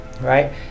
right